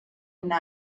una